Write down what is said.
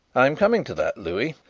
i am coming to that, louis.